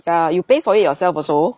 ya you pay for it yourself also